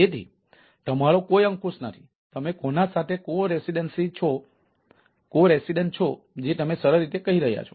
તેથી તમારો કોઈ અંકુશ નથી તમે કોના સાથે સહ નિવાસી છો જે તમે સરળ રીતે કહી રહ્યા છો